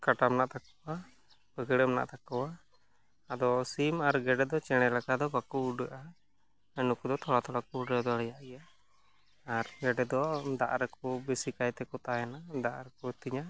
ᱠᱟᱴᱟ ᱢᱮᱱᱟᱜ ᱛᱟᱠᱚᱣᱟ ᱯᱷᱟᱹᱠᱬᱟᱹᱜ ᱢᱮᱱᱟᱜ ᱛᱟᱠᱚᱣᱟ ᱟᱫᱚ ᱥᱤᱢ ᱟᱨ ᱜᱮᱰᱮᱫᱚ ᱪᱮᱬᱮ ᱞᱮᱠᱟᱫᱚ ᱵᱟᱠᱚ ᱩᱰᱟᱹᱜᱼᱟ ᱱᱩᱠᱩᱫᱚ ᱛᱷᱚᱲᱟ ᱛᱷᱚᱲᱟᱠᱚ ᱩᱰᱟᱹᱣ ᱫᱟᱲᱮᱭᱟᱜ ᱜᱮᱭᱟ ᱟᱨ ᱜᱮᱰᱮᱫᱚ ᱫᱟᱜᱨᱮᱠᱚ ᱵᱮᱥᱤᱠᱟᱭᱛᱮᱠᱚ ᱛᱮᱦᱮᱱᱟ ᱫᱟᱜᱨᱮᱠᱚ ᱟᱹᱛᱤᱧᱟ